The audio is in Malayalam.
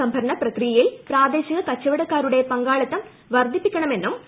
സംഭരണ പ്രക്രിയയിൽ പ്രാദേശിക കച്ചവടക്കാരുടെ പങ്കാളിത്തം വർദ്ധിപ്പിക്കണമന്നും ശ്രീ